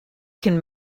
can